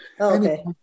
Okay